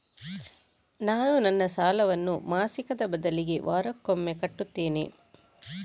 ನಾನು ನನ್ನ ಸಾಲವನ್ನು ಮಾಸಿಕದ ಬದಲಿಗೆ ವಾರಕ್ಕೊಮ್ಮೆ ಕಟ್ಟುತ್ತೇನೆ